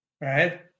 right